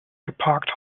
geparkt